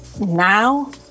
now